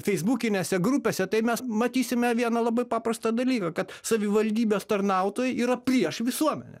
feisbukinėse grupėse tai mes matysime vieną labai paprastą dalyką kad savivaldybės tarnautojai yra prieš visuomenę